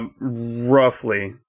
Roughly